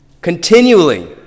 Continually